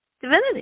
divinity